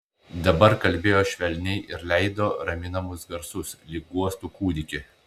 dabar kalbėjo švelniai ir leido raminamus garsus lyg guostų kūdikį